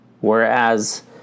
Whereas